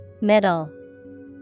Middle